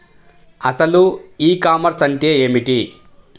అసలు e commerce అంటే ఏమిటి?